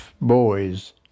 boys